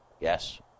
Yes